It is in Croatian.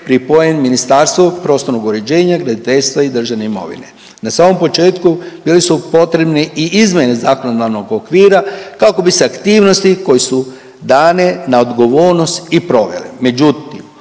pripojen Ministarstvu prostornog uređenja, graditeljstva i državne imovine. Na samom početku bili su potrebni i izmene zakonodavnog okvira kako bi se aktivnosti koje su dane na odgovornost i provele.